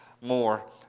more